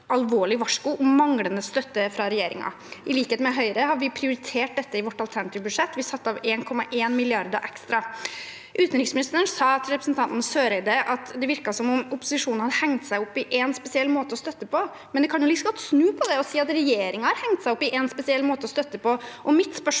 alvorlig varsko om manglende støtte fra regjeringen. I likhet med Høyre har vi prioritert dette i vårt alternative budsjett. Vi satte av 1,1 mrd. kr ekstra. Utenriksministeren sa til representanten Eriksen Søreide at det virker som om opposisjonen har hengt seg opp i én spesiell måte å støtte på, men en kan jo like godt snu på det og si at regjeringen har hengt seg opp i en spesiell måte å støtte på.